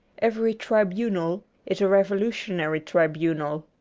every tribunal is a revolu tionary tribunal.